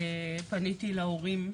פניתי להורים,